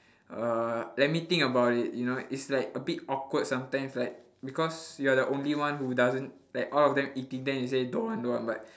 uh let me think about it you know it's like a bit awkward sometimes like because you are the only one who doesn't like all of them eating then you say don't want don't want but